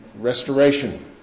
Restoration